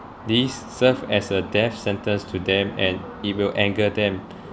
these serve as a death sentence to them and it will anger them